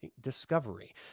discovery